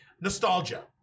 nostalgia